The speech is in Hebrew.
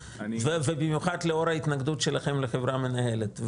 ובמיוחד לאור ההתנגדות שלכם לחברה מנהלת.